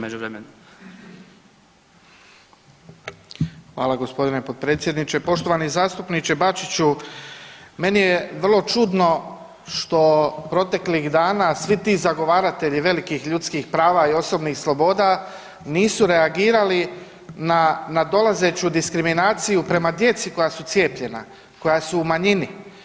Hvala g. potpredsjedniče, poštovani zastupniče Bačiću, meni je vrlo čudno što proteklih dana svi ti zagovaratelji velikih ljudskih prava i osobnih sloboda nisu reagirali na nadolazeću diskriminaciju prema djeci koja su cijepljena koja su u manjini.